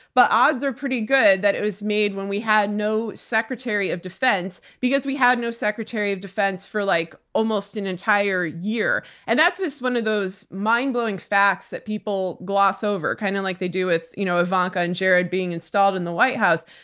but odds are pretty good that it was made when we had no secretary of defense because we had no secretary of defense for like almost an entire year. and that's just one of those mind-blowing facts that people gloss over, kind of like they do with you know ivanka and jared being installed in the white house,